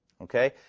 Okay